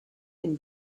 and